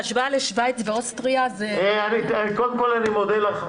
בהשוואה לשוויץ ואוסטריה --- קודם כל אני מודה לך,